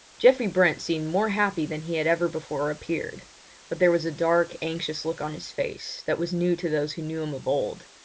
geoffrey brent seemed more happy than he had ever before appeared but there was a dark, anxious look on his face that was new to those who knew him of old,